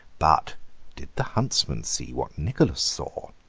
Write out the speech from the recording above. but did the huntsman see, what nicholas saw,